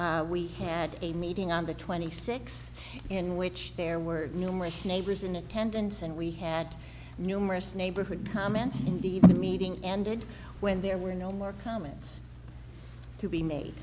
projects we had a meeting on the twenty six in which there were numerous neighbors in attendance and we had numerous neighborhood comments indeed the meeting ended when there were no more comments to be made